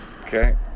Okay